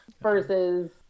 versus